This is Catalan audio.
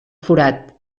forat